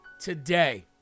today